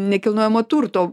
nekilnojamo turto